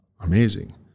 amazing